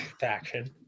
faction